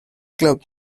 club